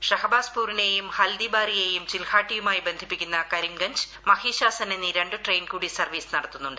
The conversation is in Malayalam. ഷഹബാസ്പൂരിനെയും ഹൽദിബാരിയേയും ചിൽഹാട്ടിയുമായി ബന്ധിപ്പിക്കുന്ന കരിംഗഞ്ച് മഹിശാസൻ എന്നീ രണ്ട് ട്രെയിൻ കൂടി സർവ്വീസ് നടത്തുന്നുണ്ട്